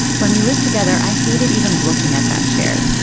when we lived together i hated even looking at that chair.